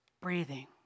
Breathing